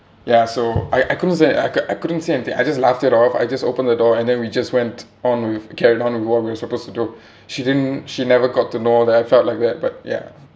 ya so I I couldn't say I cou~ I couldn't say anything I just laughed it off I just opened the door and then we just went on with carried on with what we're supposed to do she didn't she never got to know that I felt like that but ya